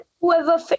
whoever